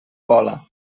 pola